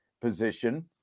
position